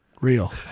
Real